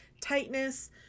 tightness